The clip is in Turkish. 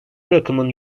rakamın